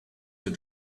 your